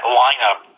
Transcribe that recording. lineup